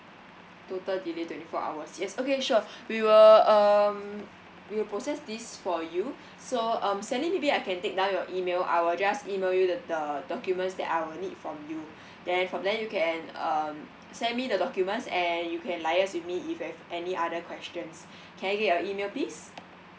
total delay twenty four hours yes okay sure we will um we'll process this for you so um sally maybe I can take down your email I will just email you the the documents that I will need from you then from there you can um send me the documents and you can liaise with me if you have any other questions can I get your email please